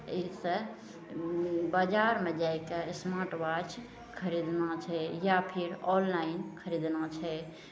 एहिसँ बजारमे जाय कऽ स्मार्ट वाच खरीदना छै या फिर ऑनलाइन खरीदना छै